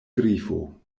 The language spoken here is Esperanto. grifo